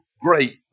great